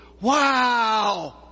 wow